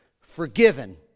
forgiven